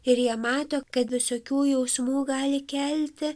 ir jie mato kad visokių jausmų gali kelti